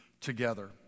together